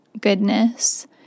goodness